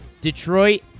Detroit